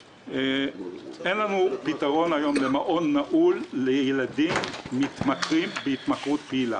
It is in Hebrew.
אין לנו פתרון של מעון נעול לילדים בהתמכרות פעילה.